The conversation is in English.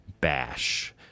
bash